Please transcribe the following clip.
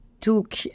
took